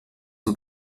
son